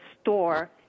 store